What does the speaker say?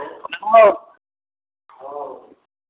हँ हँ